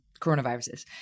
coronaviruses